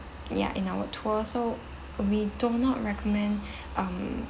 ya in our tour so we do not recommend um